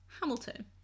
hamilton